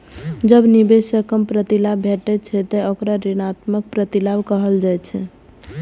जब निवेश सं कम प्रतिलाभ भेटै छै, ते ओकरा ऋणात्मक प्रतिलाभ कहल जाइ छै